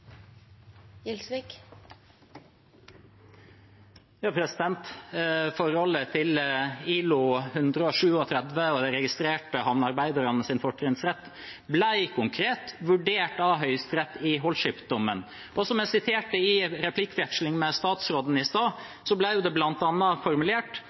og de registrerte havnearbeidernes fortrinnsrett, ble konkret vurdert av Høyesterett i Holship-dommen. Som jeg siterte i replikkvekslingen med statsråden i stad, ble det bl.a. formulert